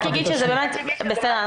בסדר,